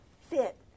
fit